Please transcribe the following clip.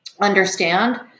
understand